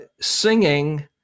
singing